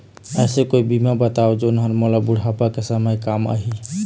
ऐसे कोई बीमा बताव जोन हर मोला बुढ़ापा के समय काम आही?